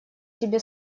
тебе